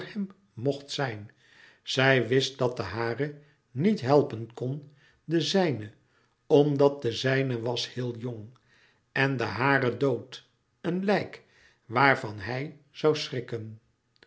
mocht zijn zij wist dat de hare niet helpen kon de zijne omdat de zijne was heel jong en de hare dood een lijk waarvan hij schrikken